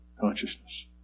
consciousness